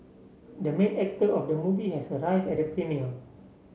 the main actor of the movie has arrive at premiere